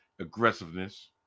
aggressiveness